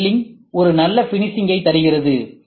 C milling ஒரு நல்ல ஃபினிஷிங்ஐ தருகிறது